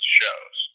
shows